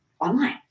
online